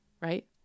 Right